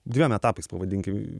dviem etapais pavadinkim